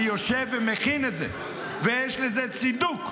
אני יושב ומכין את זה, ויש לזה צידוק.